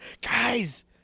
Guys